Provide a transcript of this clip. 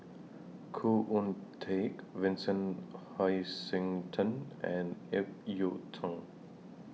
Khoo Oon Teik Vincent Hoisington and Ip Yiu Tung